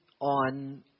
on